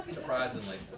Surprisingly